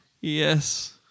Yes